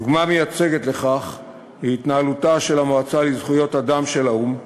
דוגמה מייצגת לכך היא התנהלותה של המועצה לזכויות אדם של האו"ם בז'נבה,